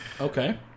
Okay